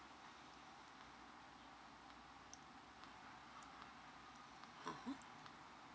(uh huh)